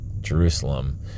Jerusalem